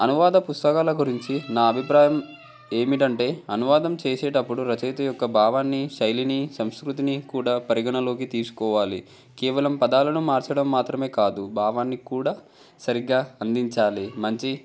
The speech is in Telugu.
అనువాద పుస్తకాల గురించి నా అభిప్రాయం ఏమిటంటే అనువాదం చేసేటప్పుడు రచయిత యొక్క భావాన్ని శైలిని సంస్కృతిని కూడా పరిగణలోకి తీసుకోవాలి కేవలం పదాలను మార్చడం మాత్రమే కాదు భావాన్ని కూడా సరిగ్గా అందించాలి మంచి